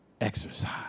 exercise